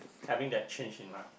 having that change in life